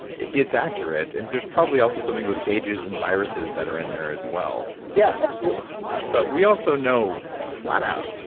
it's accurate. and there's probably also something with phages and viruses that are in there as well yeah, absolutely but we also know, flat out,